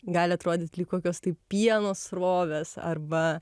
gali atrodyt lyg kokios tai pieno srovės arba